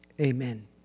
Amen